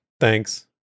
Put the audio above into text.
thanks